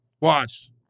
Watch